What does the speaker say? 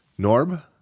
Norb